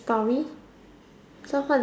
story so what